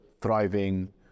thriving